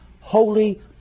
holy